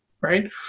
right